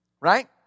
Right